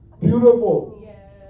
Beautiful